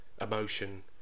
emotion